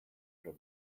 that